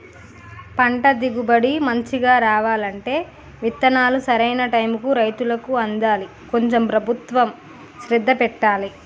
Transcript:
పంట దిగుబడి మంచిగా రావాలంటే విత్తనాలు సరైన టైముకు రైతులకు అందాలి కొంచెం ప్రభుత్వం శ్రద్ధ పెట్టాలె